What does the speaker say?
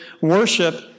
worship